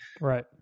right